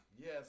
Yes